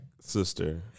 sister